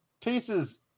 Pieces